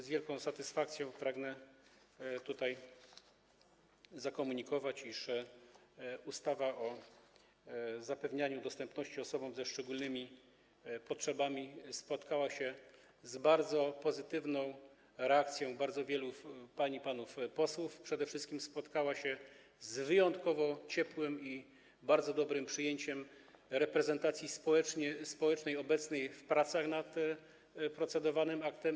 Z wielką satysfakcją pragnę zakomunikować, iż ustawa o zapewnianiu dostępności osobom ze szczególnymi potrzebami spotkała się z bardzo pozytywną reakcją bardzo wielu pań i panów posłów, a przede wszystkim spotkała się z wyjątkowo ciepłym i bardzo dobrym przyjęciem ze strony reprezentacji społecznej obecnej przy pracach nad procedowanym aktem.